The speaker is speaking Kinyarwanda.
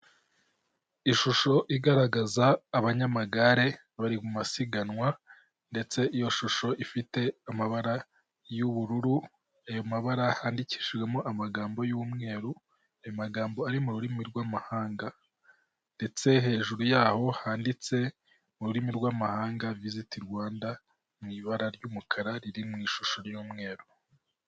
Ishusho igaragaza abanyamagare bari mu masiganwa ndetse iyo shusho ifite amabara y'ubururu, ayo mabara handikishijwemo amagambo y'umweru, ayo magambo ari mu rurimi rw'amahanga ndetse hejuru yaho handitse mu rurimi rw'amahanga viziti Rwanda mu ibara ry'umukara riri mu ishusho y'umweru.